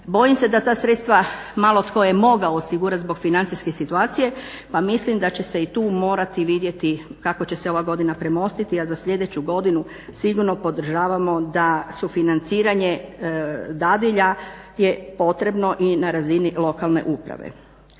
Bojim se da je ta sredstva malo tko je mogao osigurati zbog financijske situacije pa mislim da će se i tu morati vidjeti kako će se ova godina premostiti a za sljedeću godinu sigurno podržavamo da sufinanciranje dadilja je potrebno i na razini lokalne uprave.